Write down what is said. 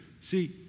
See